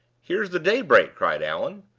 here's the daybreak! cried allan.